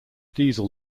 diesel